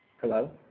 Hello